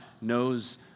knows